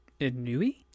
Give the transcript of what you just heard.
Inui